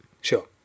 Sure